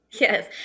Yes